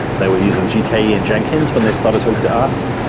they were using gke and jenkins when they started talking to us,